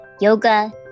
yoga